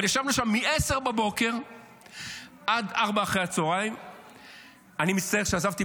אבל ישבנו שם מ-10:00 עד 16:00. אני מצטער שעזבתי